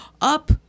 up